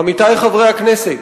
עמיתי חברי הכנסת,